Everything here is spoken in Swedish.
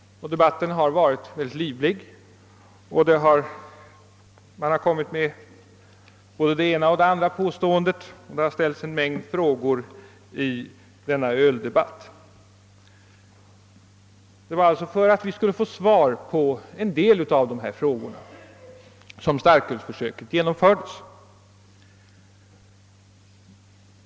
Debatten har varit ganska livlig, och det har gjorts olika påståenden och ställts en mängd frågor. Det var för att få svar på en del av de frågorna som starkölsförsöket igångsattes.